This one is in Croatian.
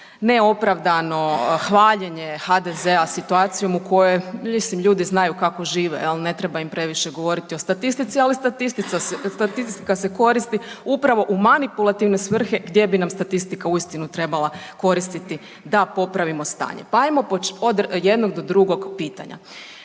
neopravdano hvaljenje HDZ-a situacijom u kojoj, mislim ljudi znaju kako žive, ne treba im previše govoriti o statistici, ali statistika se koristi upravo u manipulativne svrhe gdje bi nam statistika uistinu trebala koristiti da popravimo stanje. Pa ajmo od jednog do drugog pitanja.